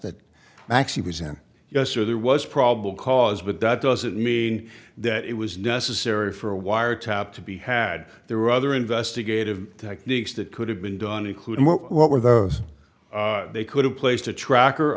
that actually was in yes or there was probable cause but that doesn't mean that it was necessary for a wiretap to be had there were other investigative techniques that could have been done including what were those they could have placed a track